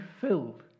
filled